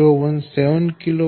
127